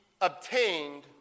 obtained